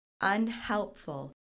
unhelpful